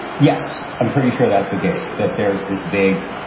yes, i'm pretty sure that's the case that there's this big.